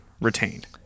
retained